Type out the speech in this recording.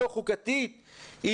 לא חוקתית,